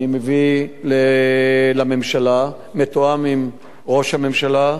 אני מביא לממשלה, בתיאום עם ראש הממשלה,